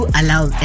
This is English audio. allow